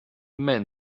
men